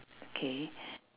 okay